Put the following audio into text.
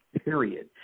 period